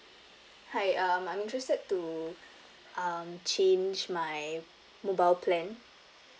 hi um I'm interested to um change my mobile plan